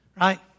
Right